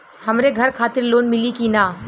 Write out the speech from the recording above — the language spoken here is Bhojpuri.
हमरे घर खातिर लोन मिली की ना?